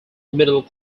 middle